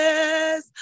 Yes